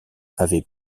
avaient